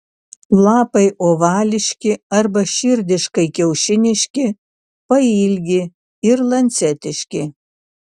lapai ovališki arba širdiškai kiaušiniški pailgi ir lancetiški